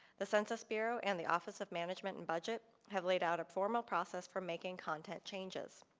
the census bureau and the office of management and budget have laid out a formal process for making content changes.